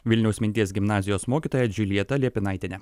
vilniaus minties gimnazijos mokytoja džiuljeta liepinaitienė